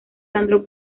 sandro